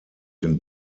den